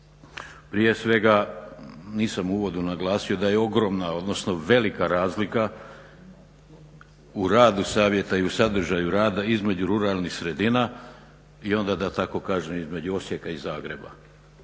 prije svega nisam u uvodu naglasio da je ogromna odnosno velika razlika u radu savjeta i u sadržaju rada između ruralnih sredina i onda da tako kažem između Osijeka i Zagreba.